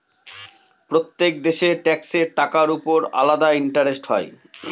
প্রত্যেক দেশের ট্যাক্সের টাকার উপর আলাদা ইন্টারেস্ট হয়